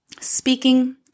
speaking